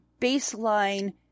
baseline